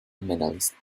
medalist